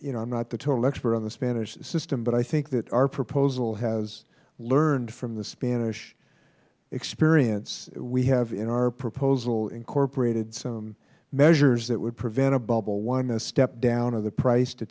am not the total expert on the spanish system but i think that our proposal has learned from the spanish experience we have in our proposal incorporated some measures that would prevent a bubble one a step down of the price to